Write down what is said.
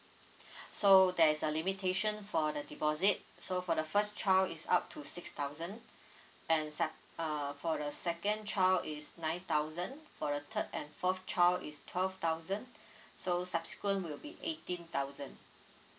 so there's a limitation for the deposit so for the first child is up to six thousand and sec~ err for the second child is nine thousand for the third and fourth child is twelve thousand so subsequent will be eighteen thousand